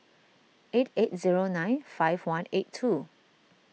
eight eight zero nine five one eight two